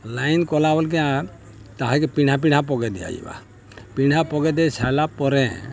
line କଲାବେଲ୍କେ ତାହାକେ ପିଢ଼ା ପିଢ଼ା ପକେଇ ଦିଆ ଯିବା ପିଢ଼ା ପକେଇ ଦେଇ ସାର୍ଲା ପରେ